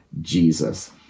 Jesus